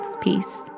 Peace